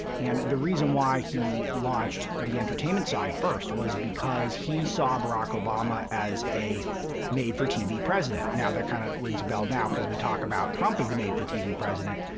and the reason why he launched the entertainment side first was because he saw barack obama as a made-for-tv president. now, that kind of rings a bell now because we talk about trump as the made-for-tv president.